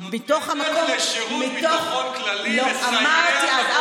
את נותנת לשירות ביטחון כללי לסייע בקורונה.